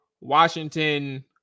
Washington